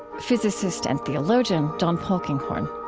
physicist and theologian john polkinghorne.